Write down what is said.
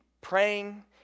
praying